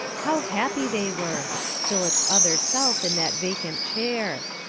how happy they were philip's other self in that vacant chair.